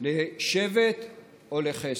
לשבט או לחסד.